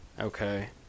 Okay